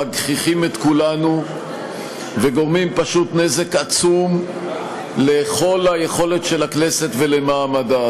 מגחיכים את כולנו וגורמים פשוט נזק עצום לכל היכולת של הכנסת ולמעמדה.